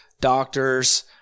doctors